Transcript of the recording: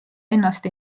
ennast